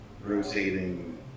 rotating